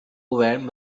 govern